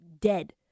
dead